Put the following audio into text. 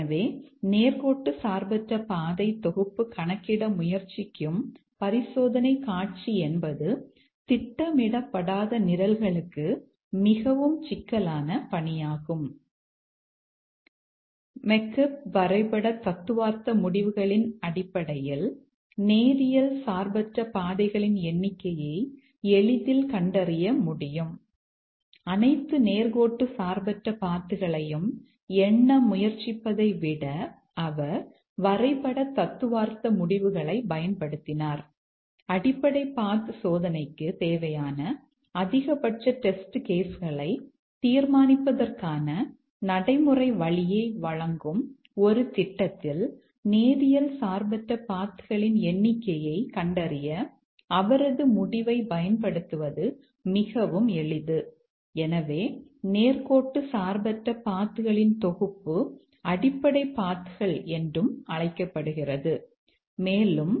எனவே நேர்கோட்டு சார்பற்ற பாதை தொகுப்பு கணக்கிட முயற்சிக்கும் பரிசோதனை காட்சி என்பது திட்டமிடப்படாத நிரல்களுக்கு மிகவும் சிக்கலான பணியாகும்